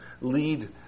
lead